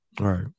right